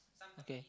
okay